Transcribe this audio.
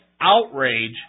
Outrage